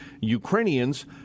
Ukrainians